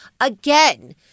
Again